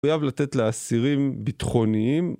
חויב לתת לאסירים ביטחוניים.